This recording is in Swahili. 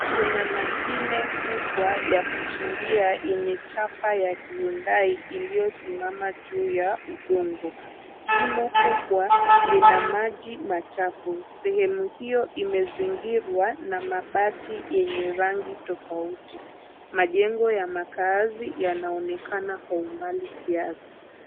Kuna machine kubwa ya kuchimbia yenye chapa ya Hyundai iliyosimama juu ya udongo. Shimo kubwa lina maji machafu. Sehemu hiyo imezingirwa na mabati yenye rangi tofauti. Majengo ya makaazi yanaonekana kwa umbali kiasi.